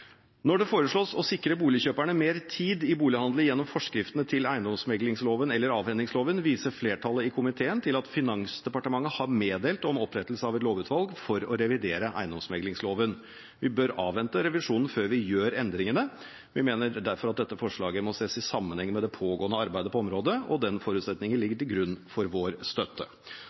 Når det foreslås å sikre boligkjøperne mer tid i bolighandelen gjennom forskriftene til eiendomsmeglingsloven eller avhendingsloven, viser flertallet i komiteen til at Finansdepartementet har meddelt om opprettelse av et lovutvalg for å revidere eiendomsmeglingsloven. Vi bør avvente revisjonen før vi gjør endringene. Vi mener derfor at dette forslaget må ses i sammenheng med det pågående arbeidet på området, og den forutsetningen ligger til grunn for vår støtte.